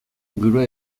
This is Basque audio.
gure